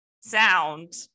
sound